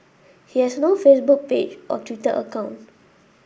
he has no Facebook page or Twitter account